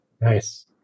Nice